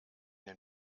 den